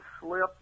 slip